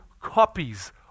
copies